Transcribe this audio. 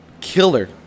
killer